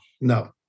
no